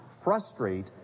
frustrate